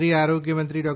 કેન્દ્રીય આરોગ્યમંત્રી ડો